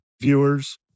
viewers